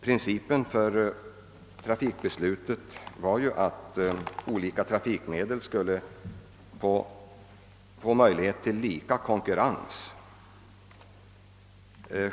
Principen för trafikbeslutet var ju att olika trafikmedel skulle få möjlighet att konkurrera på lika villkor.